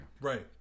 Right